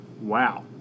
Wow